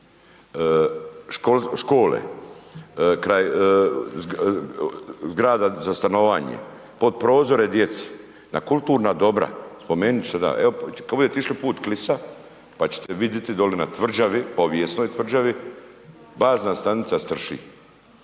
škole, kraj zgrada za stanovanje, pod prozore djeci, na kulturna dobra, spomenut ću, evo kad budete išli put Klisa, pa ćete vidjeti dolje na tvrđavi, povijesnoj tvrđavi, bazna stanica strši.